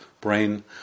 brain